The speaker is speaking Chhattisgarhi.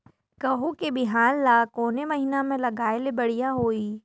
गहूं के बिहान ल कोने महीना म लगाय ले बढ़िया होही?